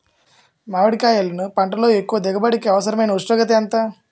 మామిడికాయలును పంటలో ఎక్కువ దిగుబడికి అవసరమైన ఉష్ణోగ్రత ఎంత?